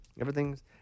Everything's